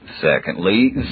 Secondly